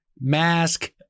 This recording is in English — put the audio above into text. mask